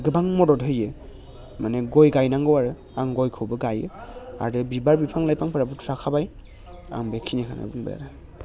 गोबां मदद होयो माने गय गायनांगौ आरो आं गयखौबो गायो आरो बिबार बिफां लाइफांफोराबोथ' थाखाबाय आं बेखिनिखौनो बुंबाय आरो